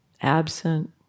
absent